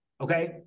okay